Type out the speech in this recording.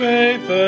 Faith